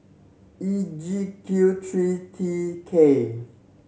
E G Q three T K